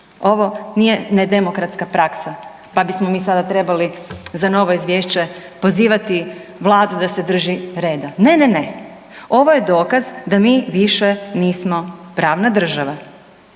Ovo nije nedemokratska praksa, pa bismo mi sada trebali za novo izvješće pozivati vladu da se drži reda. Ne, ne, ne. Ovo je dokaz da mi više nismo pravna država